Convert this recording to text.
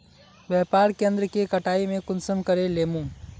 व्यापार केन्द्र के कटाई में कुंसम करे लेमु?